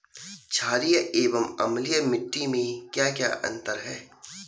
छारीय एवं अम्लीय मिट्टी में क्या क्या अंतर हैं?